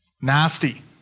nasty